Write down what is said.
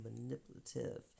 manipulative